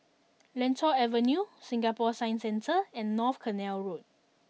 Lentor Avenue Singapore Science Centre and North Canal Road